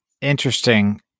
interesting